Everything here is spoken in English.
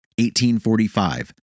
1845